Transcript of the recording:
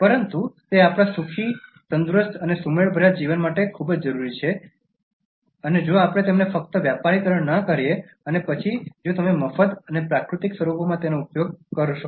પરંતુ તે આપણા સુખી તંદુરસ્ત અને સુમેળભર્યા જીવન માટે ખૂબ જ જરૂરી છે જો ફક્ત આપણે તેમને વ્યાપારીકરણ ન કરીએ અને પછી જો તમે મફત અને પ્રાકૃતિક સ્વરૂપોમાં તેનો ઉપયોગ કરી શકશો